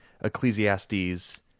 Ecclesiastes